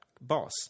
boss